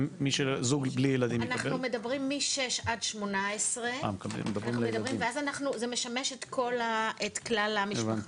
אנחנו מדברים על גילאים 6 עד 18. זה משמש את כלל המשפחה.